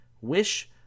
wish